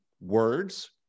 words